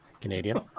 Canadian